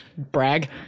brag